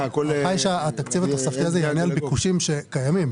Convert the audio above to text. התקציב התוספתי הזה יענה על ביקושים שקיימים.